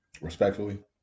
Respectfully